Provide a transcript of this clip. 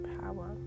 power